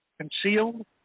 concealed